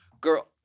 girl